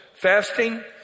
Fasting